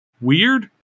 weird